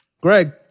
greg